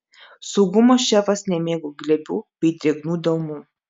saugumo šefas nemėgo glebių bei drėgnų delnų